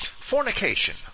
fornication